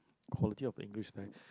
quality of English right